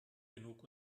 genug